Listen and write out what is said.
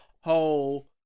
whole